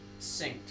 synced